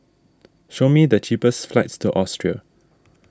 show me the cheapest flights to Austria